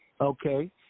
Okay